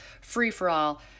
free-for-all